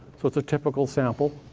so it's a typical sample.